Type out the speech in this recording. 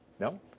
No